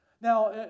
Now